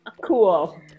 cool